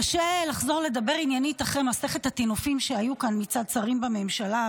קשה לחזור לדבר עניינית אחרי מסכת הטינופים שהייתה פה מצד שרים בממשלה,